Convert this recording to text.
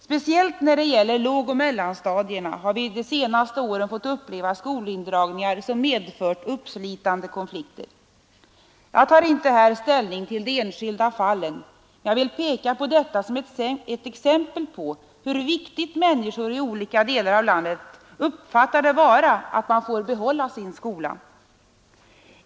Speciellt när det gäller lågoch mellanstadierna har vi de senaste åren fått uppleva skolindragningar som medfört uppslitande konflikter. Jag tar här inte ställning till de enskilda fallen men vill peka på detta som ett exempel på hur viktigt människor i olika delar av landet uppfattar det vara att man får behålla sin skola.